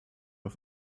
auf